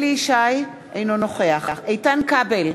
אינו נוכח איתן כבל,